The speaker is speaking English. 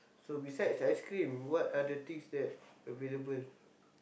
so besides ice-cream what are the things that available